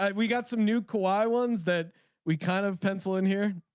um we got some new kawhi ones that we kind of pencil in here.